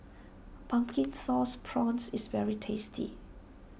Pumpkin Sauce Prawns is very tasty